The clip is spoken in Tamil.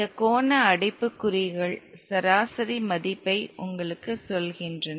இந்த கோண அடைப்புக்குறிப்புகள் சராசரி மதிப்பை உங்களுக்குச் சொல்கின்றன